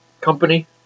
company